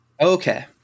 Okay